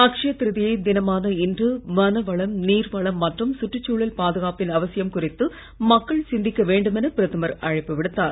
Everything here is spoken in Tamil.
அக்சய திரிதியை தினமான இன்று வன வளம் நீர் வளம் மற்றும் சுற்றுச் சூழல் பாதுகாப்பின் அவசியம் குறித்து மக்கள் சிந்திக்க வேண்டும் என பிரதமர் அழைப்பு விடுத்தார்